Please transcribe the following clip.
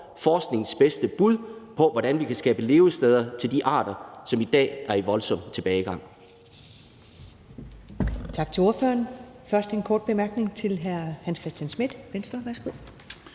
forskningens bedste bud på, hvordan vi kan skabe levesteder til de arter, som i dag er i voldsom tilbagegang.